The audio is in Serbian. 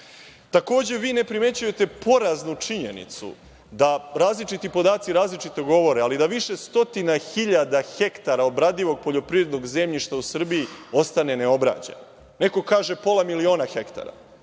sela. Takođe, vi ne primećujete poraznu činjenicu da različiti podaci, različito govore, ali da više stotina hiljada hektara obradivog poljoprivrednog zemljišta u Srbiji, ostane neobrađeno. Neko kaže, pola miliona hektara,